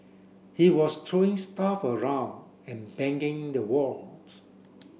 he was throwing stuff around and banging the walls